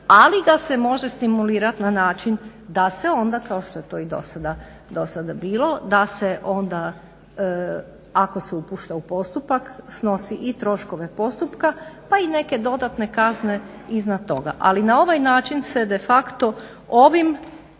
ali ga se može stimulirat na način da se onda kao što je to i dosada bilo da se onda ako se upušta u postupak snosi i troškove postupka pa i neke dodatne kazne izvan toga. Ali na ovaj način se de facto ovom